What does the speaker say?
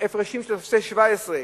הפרשים של טופסי 17,